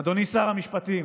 אדוני שר המשפטים